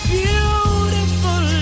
beautiful